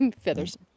Feathers